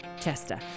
Chester